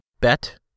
bet